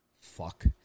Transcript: Fuck